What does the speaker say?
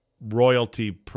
royalty